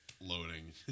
loading